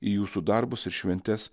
į jūsų darbus ir šventes